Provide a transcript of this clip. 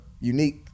unique